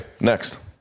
next